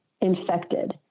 infected